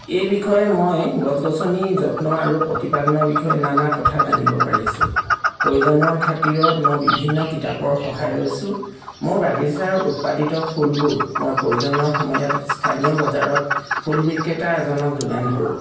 এই বিষয়ে মই গছ গছনি যত্ন আৰু প্ৰতিপালনৰ বিষয়ে নানা কথা জানিব পাৰিছোঁ প্ৰয়োজনৰ খাতিৰত মই বিভিন্ন কিতাপৰ সহায় লৈছোঁ মোৰ বাগিচাৰ উৎপাদিত ফুলবোৰ মই প্ৰয়োজনীয় সময়ত স্থানীয় বজাৰত ফুল বিক্ৰেতা এজনক যোগান ধৰোঁ